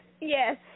Yes